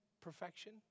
perfection